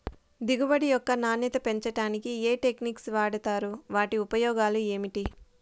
దిగుబడి యొక్క నాణ్యత పెంచడానికి ఏ టెక్నిక్స్ వాడుతారు వాటి ఉపయోగాలు ఏమిటి?